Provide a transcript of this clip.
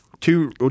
two